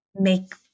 make